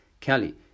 Kelly